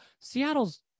Seattle's